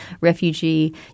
refugee